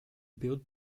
build